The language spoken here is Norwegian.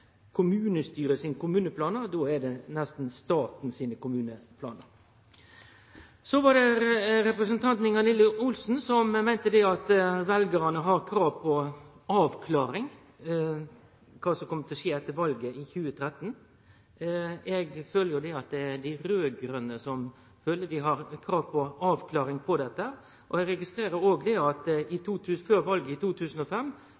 kommunestyret sine kommuneplanar, då er det nesten staten sine kommuneplanar. Representanten Ingalill Olsen meinte at veljarane har krav på ei avklaring med omsyn til kva som kjem til å skje etter valet i 2013. Eg trur at det er dei raud-grøne som føler at dei har krav på ei avklaring her. Eg registrerer òg at før valet i 2005